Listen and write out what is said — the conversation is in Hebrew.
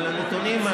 אבל הנתונים,